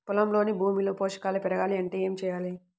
పొలంలోని భూమిలో పోషకాలు పెరగాలి అంటే ఏం చేయాలి?